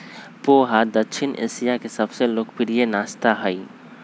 पोहा दक्षिण एशिया के सबसे लोकप्रिय नाश्ता हई